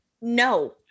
no